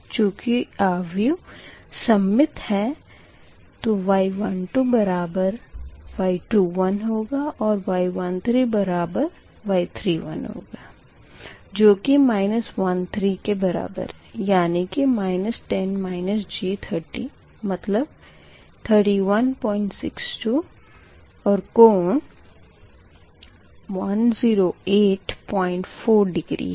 चूँकि आव्यूह सममित है तो Y12बराबर Y21 होगा और Y13 बराबर होगा Y31 के जो की y13 है यानी कि मतलब 3162 और कोण 1084 डिग्री है